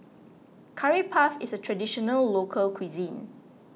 Curry Puff is a Traditional Local Cuisine